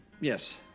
Yes